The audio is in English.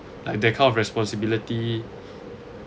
like that kind of responsibility